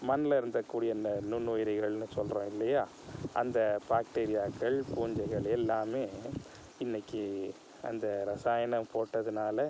மண்ணில் இருந்தக்கூடிய அந்த நுண்ணுயிர்கள்னு சொல்கிறோம் இல்லையா அந்த பாக்டீரியாக்கள் பூஞ்சைகள் எல்லாமே இன்றைக்கு அந்த ரசாயனம் போட்டதுனால்